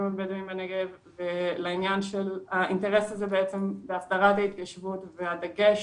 הבדואים בנגב ולעניין של האינטרס הזה בהסדרת ההתיישבות והדגש,